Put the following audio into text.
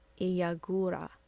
Iyagura